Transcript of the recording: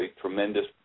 tremendous